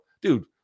dude